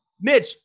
Mitch